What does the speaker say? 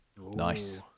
Nice